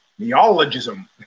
Neologism